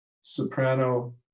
soprano